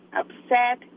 upset